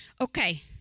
Okay